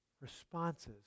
responses